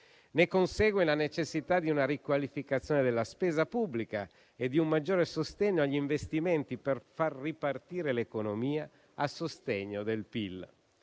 Ne consegue la necessità di una riqualificazione della spesa pubblica e di un maggiore sostegno agli investimenti per far ripartire l'economia a sostegno del PIL.